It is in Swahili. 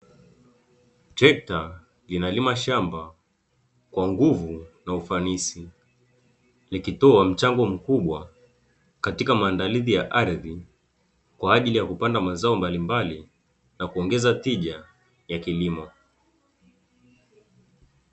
Trekta inalima shamba kwa nguvu na ufanisi, likitoa mchango mkubwa katika maandalizi ya ardhi kwa ajili ya kupanda mazao mbalimbali na kuongeza tija ya kilimo.